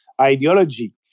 ideology